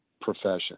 profession